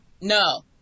No